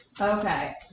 Okay